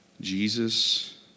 Jesus